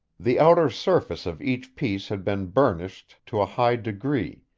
the outer surface of each piece had been burnished to a high degree,